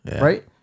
Right